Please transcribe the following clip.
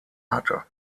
hatte